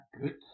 good